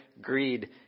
greed